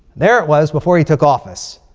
there it was, before he took office.